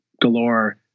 galore